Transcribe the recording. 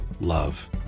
love